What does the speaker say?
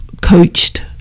coached